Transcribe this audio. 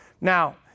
Now